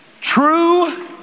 true